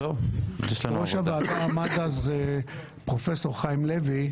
בראש הוועדה עמד אז פרופסור חיים לוי,